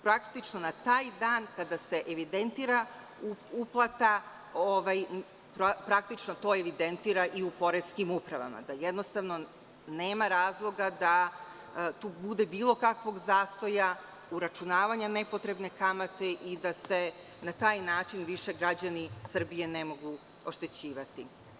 Praktično, na taj dan kada se evidentira uplata, to treba da bude evidentirano i u poreskim upravama, da jednostavno nema razloga da tu bude bilo kakvog zastoja, uračunavanja nepotrebne kamate i da se na taj način više građani Srbije ne mogu oštećivati.